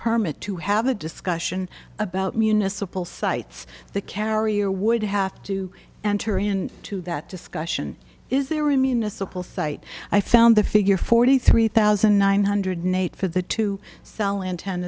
permit to have a discussion about municipal sites the carrier would have to enter in to that discussion is there a municipal site i found the figure forty three thousand nine hundred ninety eight for the to sell anten